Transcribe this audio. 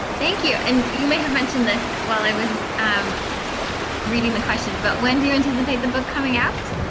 thank you. and you may have mentioned this while i was and reading the questions, but when do you anticipate the book coming out?